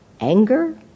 anger